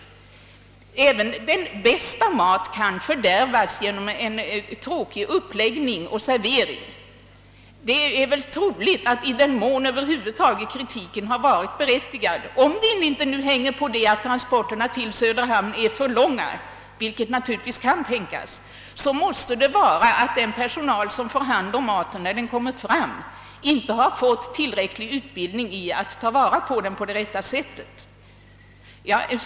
Även den bästa mat kan fördärvas genom en tråkig uppläggning och servering. Det är väl troligt att i den mån kritiken över huvud taget har varit berättigad — såvida det hela inte beror på transporterna till Söderhamn, vilket naturligtvis kan tänkas — måste anledningen vara, att den personal som får hand om maten när den kommer fram inte har fått tillräcklig utbildning i att ta vara på den på det bästa sättet.